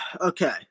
Okay